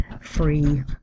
free